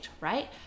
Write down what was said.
right